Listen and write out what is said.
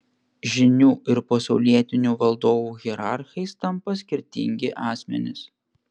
žynių ir pasaulietinių valdovų hierarchais tampa skirtingi asmenys